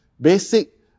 basic